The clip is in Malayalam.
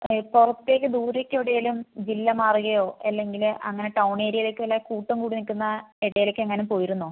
പുറത്തേക്ക് ദൂരേക്ക് എവിടെങ്കിലും ജില്ല മാറുകയോ അല്ലെങ്കിൽ ടൗൺ ഏരിയിലേക്കോ വല്ല കൂട്ടം കൂടി നിൽക്കുന്ന ഇടയിലേക്കെങ്ങാനും പോയിരുന്നോ